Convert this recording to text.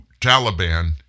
Taliban